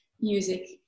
music